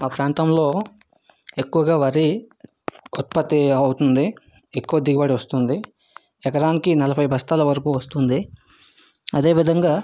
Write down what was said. మా ప్రాంతంలో ఎక్కువగా వరి ఉత్పత్తి అవుతుంది ఎక్కువ దిగుబడి వస్తుంది ఎకరానికి నలభై బస్తాల వరకు వస్తుంది అదే విధంగా